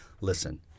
listen